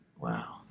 Wow